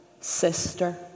sister